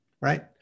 right